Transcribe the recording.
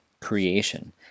creation